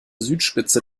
südspitze